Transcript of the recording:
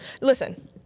Listen